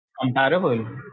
comparable